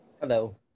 hello